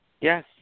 yes